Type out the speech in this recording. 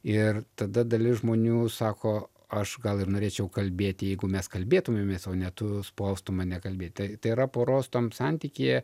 ir tada dalis žmonių sako aš gal ir norėčiau kalbėti jeigu mes kalbėtumėmės o ne tu spaustum mane kalbėti tai tai yra poros tam santykyje